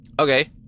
Okay